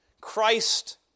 Christ